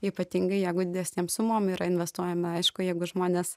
ypatingai jeigu didesnėm sumom yra investuojama aišku jeigu žmonės